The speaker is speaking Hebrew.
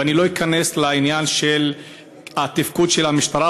ואני לא אכנס לעניין של תפקוד המשטרה,